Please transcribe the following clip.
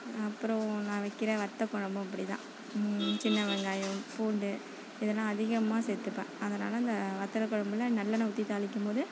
அப்புறம் நான் வைக்கிற வத்தக்குழம்பும் அப்படிதான் சின்ன வெங்காயம் பூண்டு இதெல்லாம் அதிகமாக சேர்த்துப்பேன் அதனால் அந்த வத்தக்குழம்புல நல்லெண்ணெய் ஊற்றி தாளிக்கும் போது